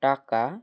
টাকা